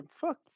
fuck